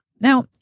Now